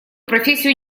профессию